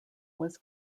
was